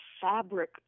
fabric